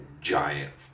Giant